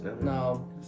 No